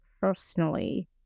personally